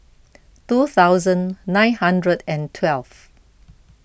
two thousand nine hundred and twelve